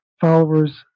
followers